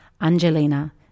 Angelina